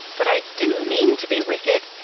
but i didn't mean to be wicked.